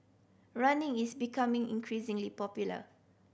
running is becoming increasingly popular